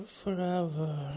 forever